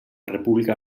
república